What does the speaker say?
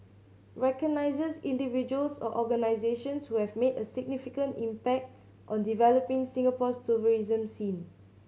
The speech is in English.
recognises individuals or organisations who have made a significant impact on developing Singapore's tourism scene